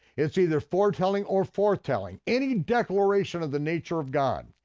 it's either foretelling or forthtelling. any declaration of the nature of god.